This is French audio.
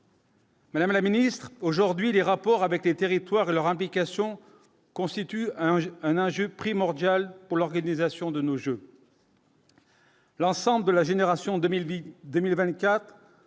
Madame la Ministre, aujourd'hui, les rapports avec les territoires, leur implication constitue un enjeu : un enjeu primordial pour l'organisation de nos jours. L'ensemble de la génération 2008